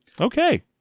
Okay